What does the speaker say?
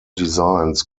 designs